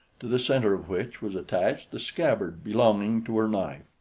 to the center of which was attached the scabbard belonging to her knife.